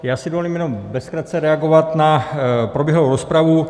Já si dovolím jenom ve zkratce reagovat na proběhlou rozpravu.